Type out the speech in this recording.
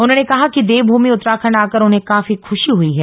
उन्होंने कहा कि देवमूमि उत्तराखण्ड आकर उन्हें काफी खुशी हई हैं